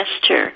gesture